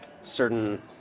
certain